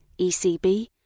ECB